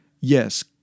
yes